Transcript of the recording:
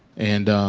and,